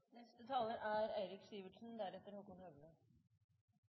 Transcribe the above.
Neste taler er